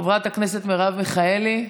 חברת הכנסת מרב מיכאלי,